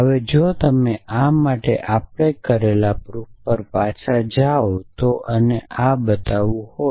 હવે જો તમે આ માટે અમે કરેલા પ્રૂફ પર પાછા જાઓ તો અને આ બતાવવું હતું